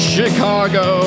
Chicago